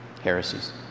heresies